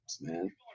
man